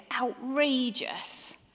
outrageous